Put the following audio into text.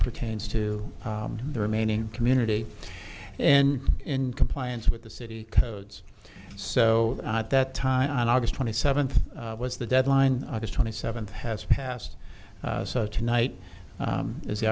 pertains to the remaining community and in compliance with the city codes so at that time on august twenty seventh was the deadline august twenty seventh has passed so tonight is the